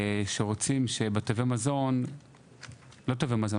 משום מה, אני מבין שרוצים שכל כסף שנמצא בתווי השי